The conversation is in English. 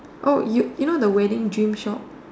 oh you know the wedding dream shop